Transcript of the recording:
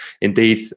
indeed